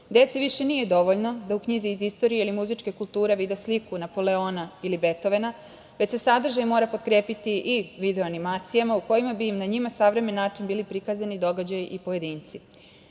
Deci više nije dovoljno da u knjizi iz istorije ili muzičke kulture vide sliku Napoleona ili Betovena, već se sadržaj mora potkrepiti i video animacijama u kojima bi na njima savremen način bili prikazani događaji i pojedinci. Sama